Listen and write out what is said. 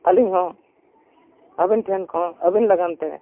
ᱟᱹᱞᱤᱧ ᱦᱚᱸ ᱟᱹᱵᱤᱱ ᱴᱷᱮᱱ ᱠᱷᱚᱱ ᱟᱹᱵᱤᱱ ᱞᱟᱜᱟᱫ ᱛᱮ